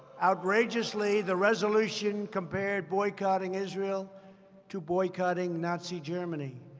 outrageously, the resolution compared boycotting israel to boycotting nazi germany,